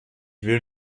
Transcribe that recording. will